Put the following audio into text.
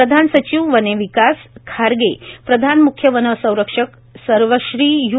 प्रधान सचिव वने विकास खारगे प्रधान म्ख्य वन संरक्षक सर्वश्री य्